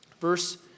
verse